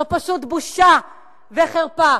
זו פשוט בושה וחרפה.